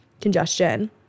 congestion